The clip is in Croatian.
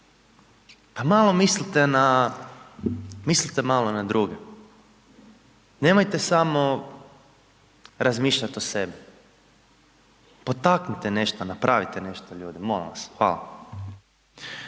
na, mislite malo na druge. Nemojte samo razmišljati o sebi, poteknite nešto, napravite nešto ljudi, molim vas. Hvala.